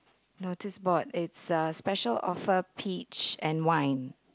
notice board it's a special offer peach and wine